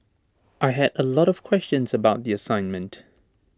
I had A lot of questions about the assignment